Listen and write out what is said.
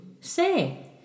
Say